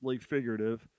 figurative